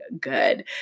good